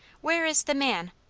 where is the man,